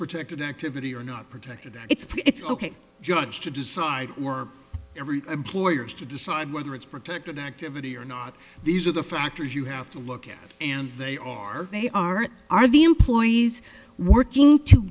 protected activity or not protected it's it's ok judge to decide or every employer is to decide whether it's protected activity or not these are the factors you have to look at and they are they are are the employees working to